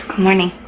morning